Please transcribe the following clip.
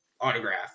autograph